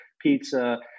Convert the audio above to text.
pizza